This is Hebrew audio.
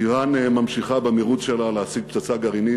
איראן ממשיכה במירוץ שלה להשיג פצצה גרעינית.